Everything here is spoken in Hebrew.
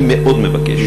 אני מאוד מבקש.